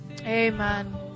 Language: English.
amen